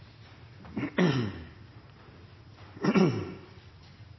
men